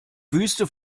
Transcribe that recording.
wüste